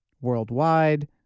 worldwide